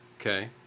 Okay